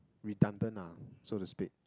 redundant ah so to speak